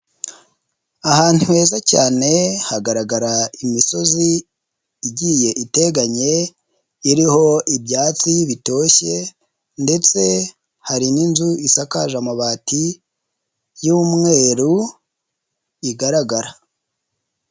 Ahantu heza cyane, hagaragara imisozi igiye iteganye, iriho ibyatsi bitoshye ndetse hari n'inzu isakaje amabati y'umweru igaragara.